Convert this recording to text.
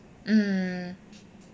mm